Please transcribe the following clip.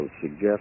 suggest